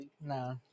Nah